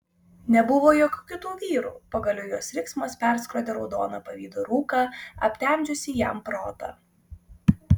nebuvo jokių kitų vyrų pagaliau jos riksmas perskrodė raudoną pavydo rūką aptemdžiusį jam protą